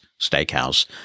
Steakhouse